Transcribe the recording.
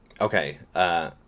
Okay